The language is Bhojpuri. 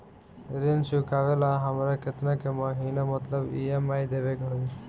ऋण चुकावेला हमरा केतना के महीना मतलब ई.एम.आई देवे के होई?